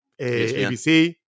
ABC